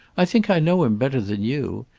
i think i know him better than you.